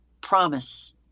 promise